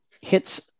hits